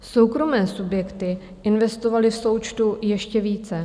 Soukromé subjekty investovaly v součtu ještě více.